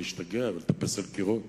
להשתגע ולטפס על קירות